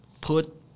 put